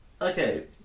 Okay